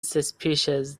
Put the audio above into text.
suspicious